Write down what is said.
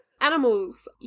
Animals